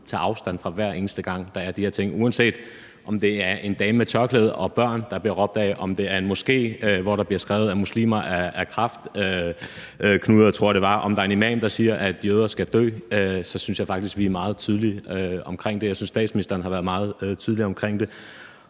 tager afstand, hver eneste gang der er de her ting? Uanset om det er en dame med tørklæde eller børn, der bliver råbt af, om det er en moské, hvor der bliver skrevet, at muslimer er kræftknuder, tror jeg det var, eller om det er en imam, der siger, at jøder skal dø, så synes jeg faktisk, vi er meget tydelige omkring det. Jeg synes, statsministeren har været meget tydelig omkring det.